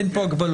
אין פה הגבלות.